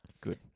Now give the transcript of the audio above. Good